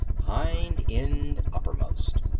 hind end uppermost.